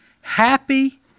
Happy